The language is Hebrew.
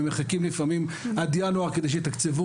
הם מחכים לפעמים עד ינואר כדי שיתקצבו